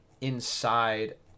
inside